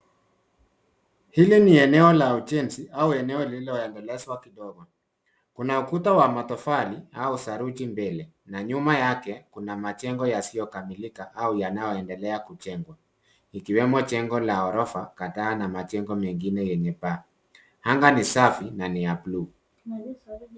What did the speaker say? Hili ni eneo la ujenzi au eneo lililoendeleazwa kidogo, kuna ukuta wa matofali au saruji mbili na nyuma yake kuna majengo yasiyo kamilika au yanayoendelea kujengwa, ikiwemo jengo la ghorofa kadhaa na majengo mengine yenye paa anga ni safi na ni ya buluu.